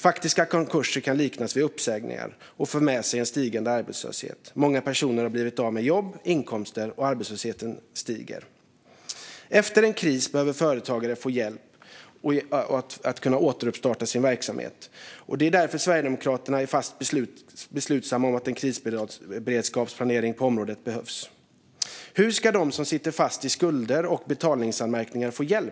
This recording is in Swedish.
Faktiska konkurser kan liknas vid uppsägningar och för med sig en stigande arbetslöshet. Många personer har blivit av med jobb och inkomster, och arbetslösheten stiger. Efter en kris behöver företagare få hjälp att kunna återstarta sin verksamhet. Det därför som Sverigedemokraterna är fast beslutna om att en krisberedskapsplanering på området behövs. Hur ska de som nu sitter fast i skulder och betalningsanmärkningar få hjälp?